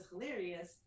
hilarious